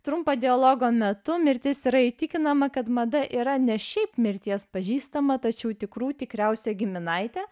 trumpo dialogo metu mirtis yra įtikinama kad mada yra ne šiaip mirties pažįstama tačiau tikrų tikriausia giminaitė